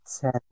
ten